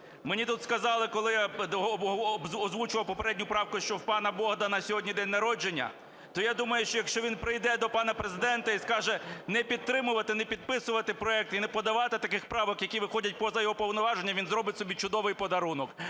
Мені тут сказали, коли я озвучував попередню правку, що в пана Богдана сьогодні день народження, то я думаю, що, якщо він прийде до пана Президента і скаже, не підтримувати, не підписувати проект і не подавати таких правок, які виходять поза його повноваження, він зробить собі чудовий подарунок.